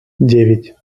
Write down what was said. девять